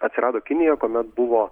atsirado kinija kuomet buvo